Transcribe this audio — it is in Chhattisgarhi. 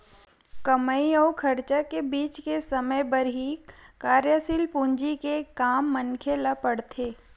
कमई अउ खरचा के बीच के समे बर ही कारयसील पूंजी के काम मनखे ल पड़थे